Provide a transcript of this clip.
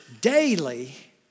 Daily